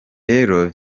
rero